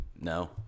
no